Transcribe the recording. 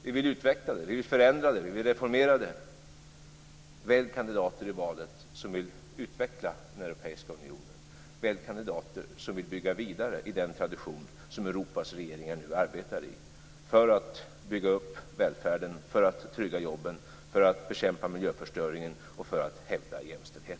Vi vill utveckla det, vi vill förändra det och vi vill reformera det. Välj kandidater i valet som vill utveckla den europeiska unionen. Välj kandidater som vill bygga vidare på den tradition som Europas regeringar nu arbetar i för att bygga upp välfärden, för att trygga jobben, för att bekämpa miljöförstöringen och för att hävda jämställdheten.